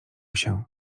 się